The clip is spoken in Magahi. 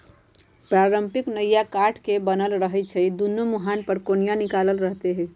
पारंपरिक नइया काठ के बनल रहै छइ जेकरा दुनो मूहान पर कोनिया निकालल रहैत हइ